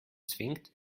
zwingt